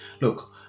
Look